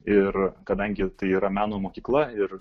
ir kadangi tai yra meno mokykla ir